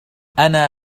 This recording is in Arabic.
أنا